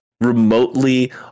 remotely